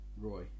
Roy